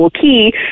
key